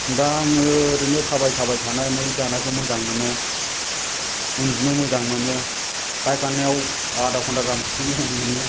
दा आङो ओरैनो थाबाय थाबाय थानानै जानायखौ मोजां मोनो उन्दुनो मोजां मोनो फायखानायाव आधा घन्टा गाहाम खिनो मोजां मोनो